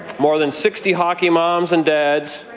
more than sixty hockey moms and dads,